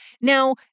Now